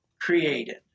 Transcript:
created